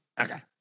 Okay